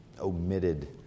omitted